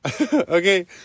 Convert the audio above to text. Okay